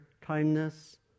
kindness